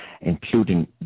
including